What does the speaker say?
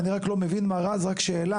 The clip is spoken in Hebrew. ואני רק לא מבין מר רז, רק שאלה.